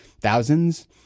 thousands